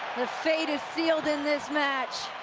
the fate is sealed in this match.